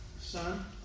Son